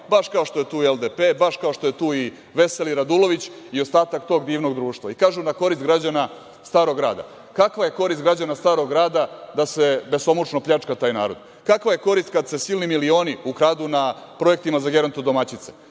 baš kao što je tu i LDP, baš kao što je tu i veseli Radulović i ostatak tog divnog društva. Kažu - na korist građana Starog grada. Kakva je korist građana Starog grada da se besomučno pljačka taj narod? Kakva je korist kada se silni milioni ukradu na projektima za gerontodomaćice?